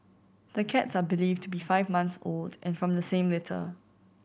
the cats are believed to be five months old and from the same litter